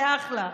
זה אחלה.